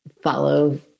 follow